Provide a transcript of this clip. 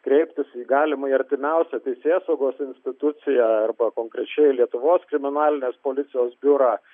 kreiptis į galimai artimiausią teisėsaugos instituciją arba konkrečiai lietuvos kriminalinės policijos biurą